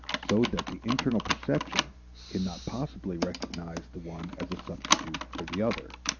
so that the internal perception cannot possibly recognize the one as a substitute for the other.